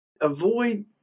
Avoid